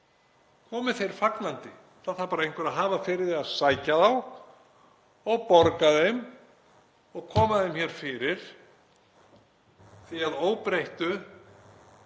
Komi þeir fagnandi. Það þarf bara einhver að hafa fyrir því að sækja þá og borga þeim og koma þeim hér fyrir því að óbreyttu